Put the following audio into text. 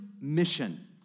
mission